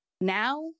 Now